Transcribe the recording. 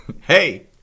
hey